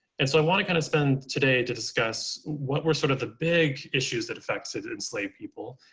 and so i want to kind of spend today to discuss what were sort of the big issues that affected enslaved people,